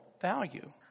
value